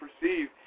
perceive